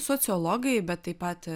sociologai bet taip pat